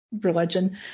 religion